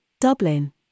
Dublin